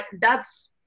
that's-